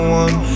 one